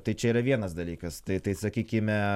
tai čia yra vienas dalykas tai tai sakykime